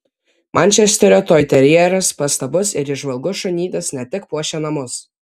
mančesterio toiterjeras pastabus ir įžvalgus šunytis ne tik puošia namus